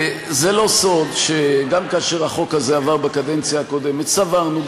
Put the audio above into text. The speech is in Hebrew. זה לא סוד שגם כאשר החוק הזה עבר בקדנציה הקודמת סברנו,